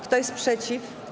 Kto jest przeciw?